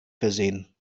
versehen